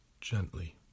gently